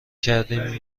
کردیم